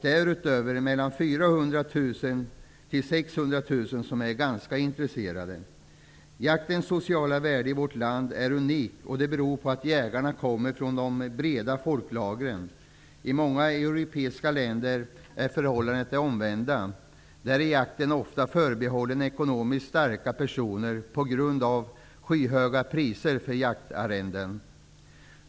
Därutöver är mellan 400 000 och Jaktens sociala värde i vårt land är unik. Det beror på att jägarna kommer från de breda folklagren. I många europeiska länder är förhållandet det omvända. Där är jakten ofta förbehållen ekonomiskt starka personer på grund av skyhöga priser på jaktarrenden.